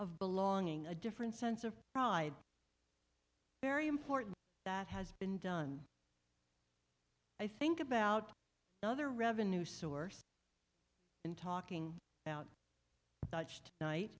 of belonging a different sense of pride very important that has been done i think about another revenue source in talking about touched night